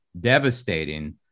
devastating